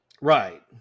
Right